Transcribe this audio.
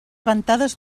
ventades